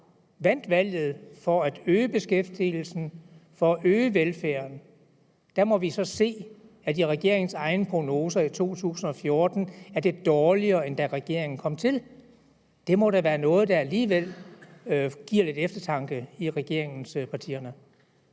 vandt valget på at ville øge beskæftigelsen, øge velfærden, og så må vi se, at det i regeringens egne prognoser for 2014 er dårligere, end da regeringen kom til. Det må da være noget, der alligevel giver lidt eftertanke i regeringspartierne.